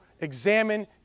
examine